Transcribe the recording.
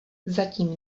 zatím